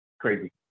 crazy